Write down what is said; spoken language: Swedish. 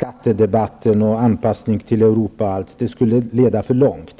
t.ex. gälla frågan om anpassningen till Europa. Det skulle leda för långt.